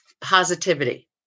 Positivity